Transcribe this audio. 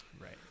Right